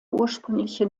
ursprüngliche